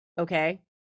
Okay